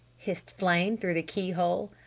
hissed flame through the key-hole.